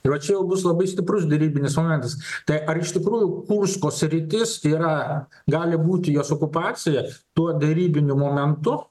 ir va čia jau bus labai stiprus derybinis momentas tai ar iš tikrųjų kursko sritis ai yra gali būti jos okupacija tuo darybiniu momentu